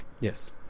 Yes